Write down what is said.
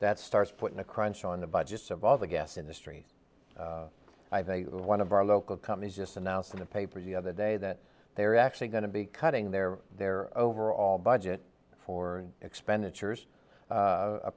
that starts putting a crunch on the budgets of all the gas industry i have a one of our local companies just announced in the paper the other day that they're actually going to be cutting their their overall budget for expenditures